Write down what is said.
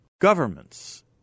governments